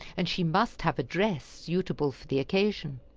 and she must have a dress suitable for the occasion.